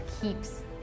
keeps